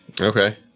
Okay